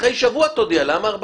אחרי שבוע תודיעו.